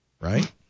right